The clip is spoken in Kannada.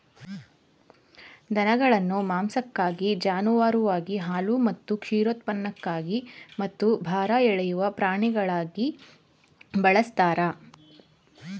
ದನಗಳನ್ನು ಮಾಂಸಕ್ಕಾಗಿ ಜಾನುವಾರುವಾಗಿ ಹಾಲು ಮತ್ತು ಕ್ಷೀರೋತ್ಪನ್ನಕ್ಕಾಗಿ ಮತ್ತು ಭಾರ ಎಳೆಯುವ ಪ್ರಾಣಿಗಳಾಗಿ ಬಳಸ್ತಾರೆ